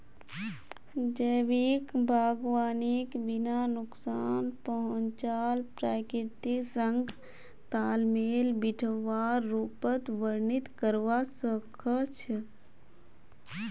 जैविक बागवानीक बिना नुकसान पहुंचाल प्रकृतिर संग तालमेल बिठव्वार रूपत वर्णित करवा स ख छ